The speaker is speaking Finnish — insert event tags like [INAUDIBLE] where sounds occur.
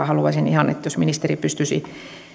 [UNINTELLIGIBLE] haluaisin että jos ministeri pystyisi